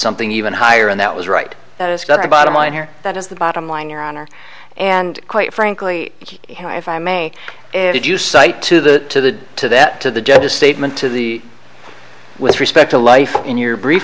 something even higher and that was right that it's got a bottom line here that is the bottom line your honor and quite frankly if i may if you do cite to the to that to the judge's statement to the with respect to life in your brief